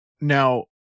now